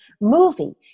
movie